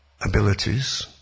abilities